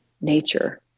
nature